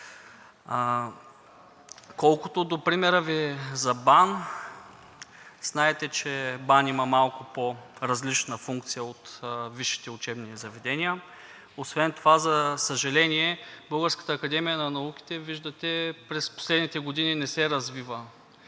Колкото до примера Ви за БАН, знаете, че БАН има малко по различна функция от висшите учебни заведения. Освен това, за съжаление, Българската академия на науките, виждате, през последните години не се развива